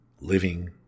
living